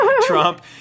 Trump